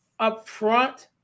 upfront